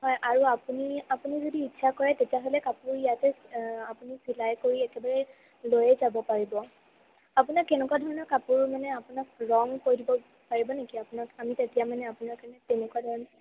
হয় আৰু আপুনি আপুনি যদি ইচ্ছা কৰে তেতিয়াহলে কাপোৰ ইয়াতে আপুনি চিলাই কৰি একেবাৰে লৈয়ে যাব পাৰিব আপোনাক কেনেকুৱা ধৰণৰ কাপোৰ মানে আপোনাক ৰং কৈ দিব পাৰিব নেকি আপোনাক আমি তেতিয়া মানে আপোনাৰ কাৰণে তেনেকুৱা ধৰণে